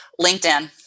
LinkedIn